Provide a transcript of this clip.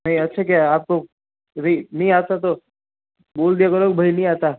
नहीं अच्छा किया आपको भाई नहीं आता तो बोल दिया करो भाई नहीं आता